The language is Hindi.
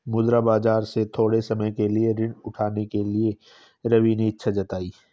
मुद्रा बाजार से थोड़े समय के लिए ऋण उठाने के लिए रवि ने इच्छा जताई